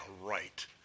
right